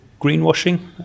greenwashing